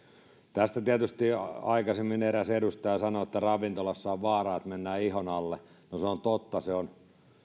jo aikaisemmin eräs edustaja sanoi että ravintolassa on vaara että mennään ihon alle no se on totta